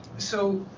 so.